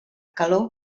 calor